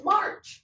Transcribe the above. March